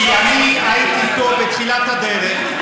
כי אני הייתי אתו בתחילת הדרך,